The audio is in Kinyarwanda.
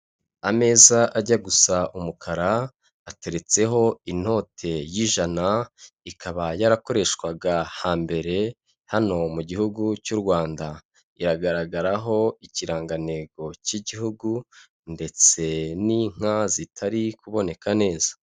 Ameza ajya gusa umukara ateretseho inote y'ijana ikaba yarakoreshwaga hambere hano mu gihugu cy'u Rwanda, iragaragaraho ikirangantego cy'igihugu ndetse n'inka zitari kuboneka neza.